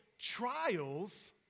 trials